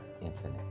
infinite